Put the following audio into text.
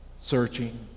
searching